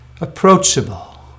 approachable